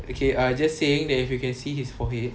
okay ah just saying that if you can see his forehead